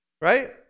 Right